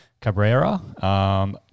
Cabrera